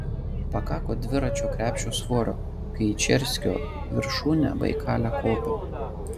pakako dviračio krepšio svorio kai į čerskio viršūnę baikale kopiau